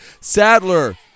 Sadler